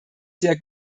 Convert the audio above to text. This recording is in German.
sehr